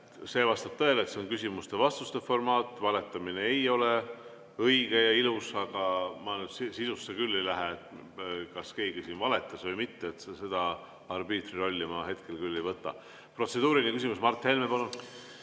See vastab tõele, et see on küsimuste ja vastuste formaat. Valetamine ei ole õige ja ilus, aga ma sisusse küll ei lähe, kas keegi valetas või mitte. Seda arbiitrirolli ma hetkel küll ei võta. Protseduuriline küsimus, Mart Helme, palun!